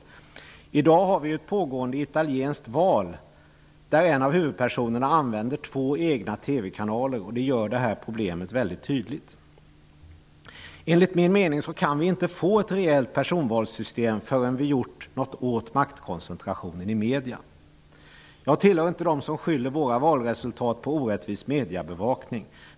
Nu pågår ett val i Italien, där en av huvudpersonerna använder två egna TV-kanaler. Det gör problemet mycket tydligt. Enligt min mening kan vi inte få ett rejält personvalssystem innan vi har gjort något åt maktkoncentrationen i medierna. Jag tillhör inte dem som skyller våra valresultat på orättvis mediebevakning.